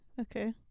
Okay